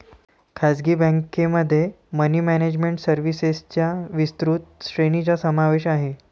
खासगी बँकेमध्ये money management सर्व्हिसेसच्या विस्तृत श्रेणीचा समावेश आहे